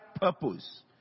purpose